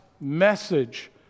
message